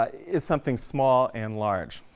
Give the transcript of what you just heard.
is something small and large.